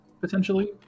potentially